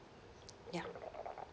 ya